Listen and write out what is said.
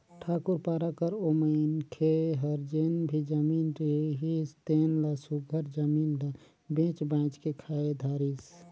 ठाकुर पारा कर ओ मनखे हर जेन भी जमीन रिहिस तेन ल सुग्घर जमीन ल बेंच बाएंच के खाए धारिस